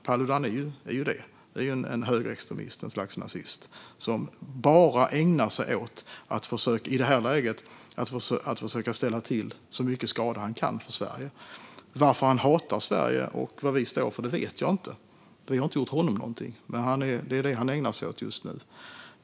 Paludan är en högerextremist eller ett slags nazist som i det här läget bara ägnar sig åt att försöka ställa till så mycket skada han kan för Sverige. Varför han hatar Sverige och vad vi står för vet jag inte. Vi har inte gjort honom något, men det är detta han ägnar sig åt just nu.